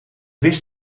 wist